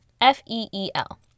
F-E-E-L